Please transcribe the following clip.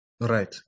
Right